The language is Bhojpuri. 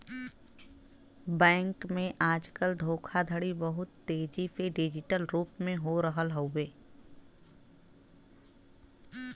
बैंक में आजकल धोखाधड़ी बहुत तेजी से डिजिटल रूप में हो रहल हउवे